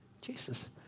Jesus